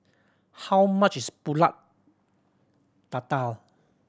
how much is Pulut Tatal